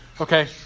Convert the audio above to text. Okay